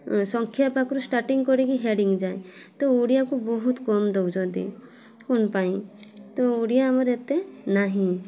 ସଂଖ୍ୟା ପାଖରୁ ଷ୍ଟାଟିଙ୍ଗ୍ କରିକି ହେଡ଼ିଙ୍ଗ୍ ଯାଏଁ ତ ଓଡ଼ିଆକୁ ବହୁତ କମ୍ ଦେଉଛନ୍ତି କ'ଣ ପାଇଁ ତ ଓଡ଼ିଆ ଆମର ଏତେ ନାହିଁ